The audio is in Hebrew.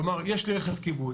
כלומר יש לי רכב כיבוי,